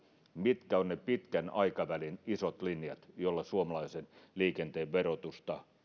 mitkä ovat ne keinot ja pitkän aikavälin isot linjat joilla suomalaisen liikenteen verotusta